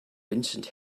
vincent